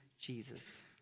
Jesus